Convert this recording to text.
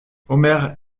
omer